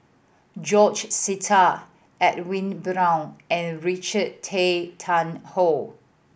George Sita Edwin Brown and Richard Tay Tian Hoe